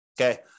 Okay